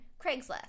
craigslist